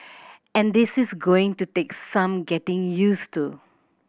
and this is going to take some getting use to